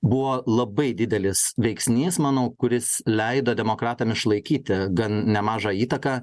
buvo labai didelis veiksnys manau kuris leido demokratam išlaikyti gan nemažą įtaką